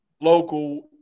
Local